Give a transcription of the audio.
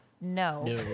no